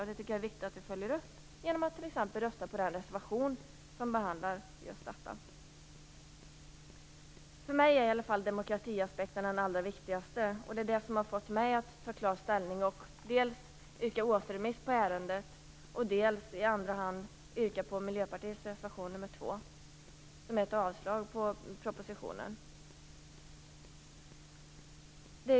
Jag tycker att det är viktigt att vi följer upp detta, t.ex. genom att rösta på den reservation som behandlar just detta. Demokratiaspekten är för mig viktigast. Det är det som har fått mig att ta ställning och dels yrka återremiss av ärendet, dels i andra hand yrka bifall till Miljöpartiets reservation nr 2, dvs. ett avslag på propositionen.